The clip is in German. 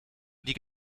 die